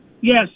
Yes